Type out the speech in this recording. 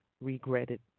regretted